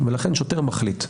לכן שוטר מחליט.